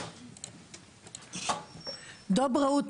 (מדברת